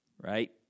right